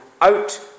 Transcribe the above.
out